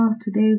Today